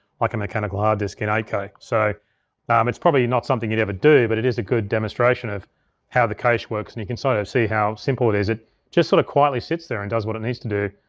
like a mechanical hard disk in eight k. so um it's probably not something you'd ever do, but it is a good demonstration of how the cache works, and you can so sort of see how simple it is. it just sort of quietly sits there and does what it needs to do.